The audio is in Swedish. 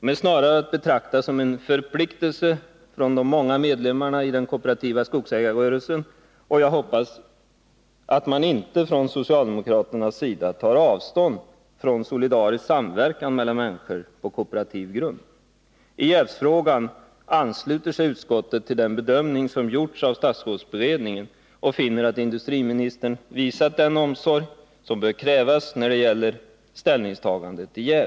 De är snarare att betrakta som en förpliktelse från de många medlemmarna i den kooperativa skogsägarrörelsen. Jag hoppas att man inte från socialdemokraternas sida tar avstånd från solidarisk samverkan mellan människor på kooperativ grund. I jävsfrågan ansluter sig utskottet till den bedömning som gjorts av statsrådsberedningen och finner att industriministern visat den omsorg som bör krävas när det gäller ställningstagande till jäv.